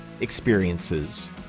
experiences